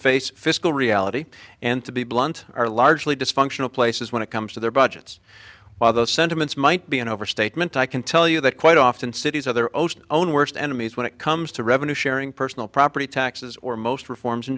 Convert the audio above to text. face fiscal reality and to be blunt are largely dysfunctional places when it comes to their budgets while those sentiments might be an overstatement i can tell you that quite often cities are their ocean own worst enemies when it comes to revenue sharing personal property taxes or most reforms in